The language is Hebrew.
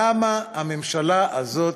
למה הממשלה הזאת,